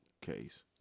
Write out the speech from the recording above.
case